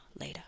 Later